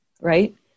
right